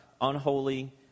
unholy